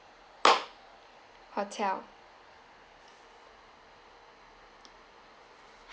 hotel